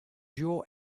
your